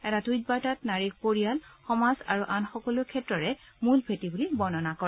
এটা টুইট বাৰ্তাত নাৰীক পৰিয়াল সমাজ আৰু আন সকলো ক্ষেত্ৰৰে মূল ভেঁটি বুলি বৰ্ণনা কৰে